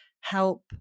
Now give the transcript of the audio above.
help